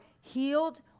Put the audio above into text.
healed